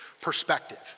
perspective